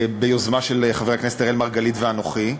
ביוזמה של חבר הכנסת אראל מרגלית ושלי,